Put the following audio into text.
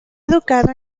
educado